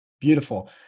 Beautiful